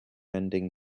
ending